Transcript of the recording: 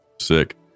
Sick